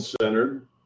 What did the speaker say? centered